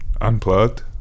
unplugged